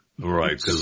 Right